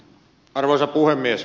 arvoisa puhemies